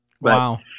Wow